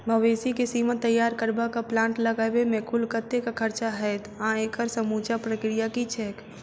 मवेसी केँ सीमन तैयार करबाक प्लांट लगाबै मे कुल कतेक खर्चा हएत आ एकड़ समूचा प्रक्रिया की छैक?